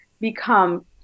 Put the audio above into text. become